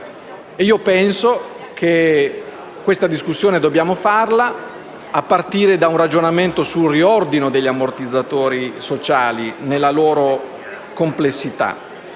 dobbiamo fare questa discussione a partire da un ragionamento sul riordino degli ammortizzatori sociali nella loro complessità.